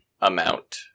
amount